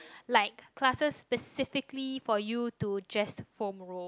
like classes specifically for you to just foam roll